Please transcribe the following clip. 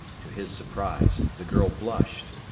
to his surprise, the girl blushed.